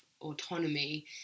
autonomy